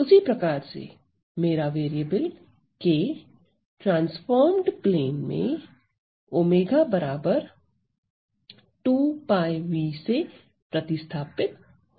और उसी प्रकार से मेरा वेरिएबल k ट्रांसफॉर्म्ड प्लेन में ω 2πν से प्रतिस्थापित होता है